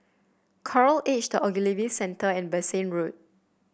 Coral Edged Ogilvy Centre and Bassein Road